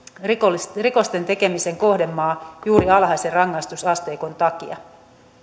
rikosten tekemisen kohdemaa juuri alhaisen rangaistusasteikon takia